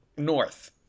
north